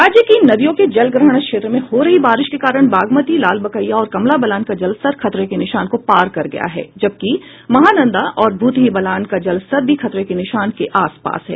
राज्य की नदियों के जलग्रहण क्षेत्र में हो रही बारिश के कारण बागमती लालबकैया और कमला बलान का जलस्तर खतरे के निशान को पार कर गया है जबकि महानंदा और भूतही बलान का जलस्तर भी खतरे के निशान के आस पास है